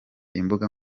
imbuga